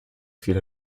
viele